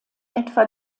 etwa